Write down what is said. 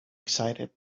excited